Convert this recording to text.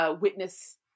witness